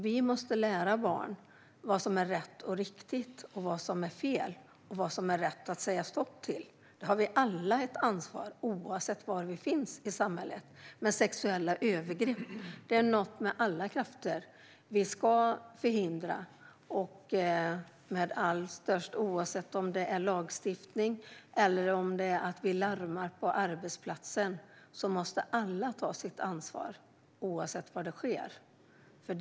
Vi måste lära barn vad som är rätt och riktigt samt vad som är fel och vad det är rätt att säga stopp till. Där har vi alla ett ansvar, oavsett var vi finns i samhället. Sexuella övergrepp är något som vi med alla krafter ska förhindra, oavsett om det sker med hjälp av lagstiftning eller att vi larmar på arbetsplatsen. Alla måste ta sitt ansvar oavsett var övergreppet sker.